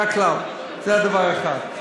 זה הכלל, זה דבר אחד.